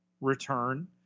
return